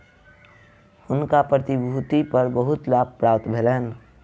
हुनका प्रतिभूति पर बहुत लाभ प्राप्त भेलैन